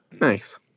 Nice